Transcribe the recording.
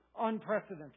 unprecedented